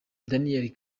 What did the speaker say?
daniel